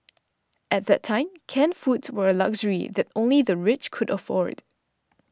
at that time canned foods were a luxury that only the rich could afford